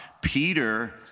Peter